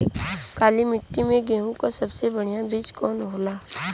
काली मिट्टी में गेहूँक सबसे बढ़िया बीज कवन होला?